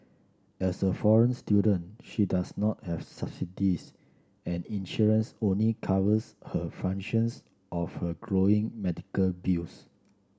as a foreign student she does not have subsidies and insurance only covers a fractions of her growing medical bills